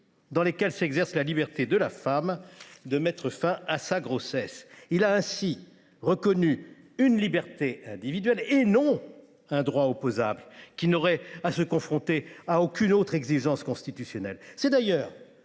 dans lesquelles s’exerce la liberté de la femme de mettre fin à sa grossesse ». Il a ainsi reconnu une liberté individuelle, et non un droit opposable qui n’aurait à se confronter à aucune autre exigence constitutionnelle.